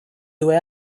due